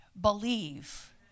believe